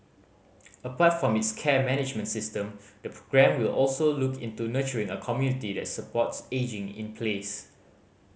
apart from its care management system the programme will also look into nurturing a community that supports ageing in place